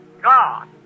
God